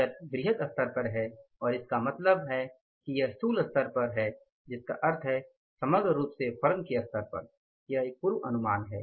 budget वृहद स्तर पर है इसका मतलब यह है कि यह स्थूल स्तर पर जिसका अर्थ है समग्र रूप से फर्म के स्तर पर एक पूर्व अनुमान है